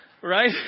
Right